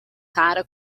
cara